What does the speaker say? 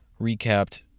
recapped